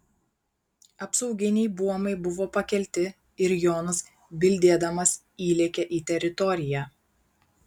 apsauginiai buomai buvo pakelti ir jonas bildėdamas įlėkė į teritoriją